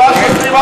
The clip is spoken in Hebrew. ארבעה שוטרים,